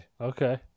Okay